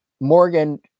Morgan